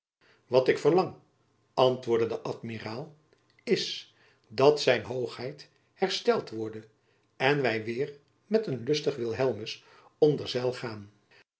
wat ik verlang antwoordde de amiraal is jacob van lennep elizabeth musch dat zijn hoogheid hersteld worde en wy weêr met een lustig wilhelmus onder zeil gaan